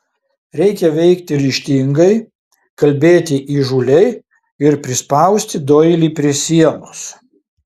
reikia veikti ryžtingai kalbėti įžūliai ir prispausti doilį prie sienos